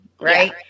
right